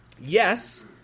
Yes